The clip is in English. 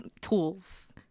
tools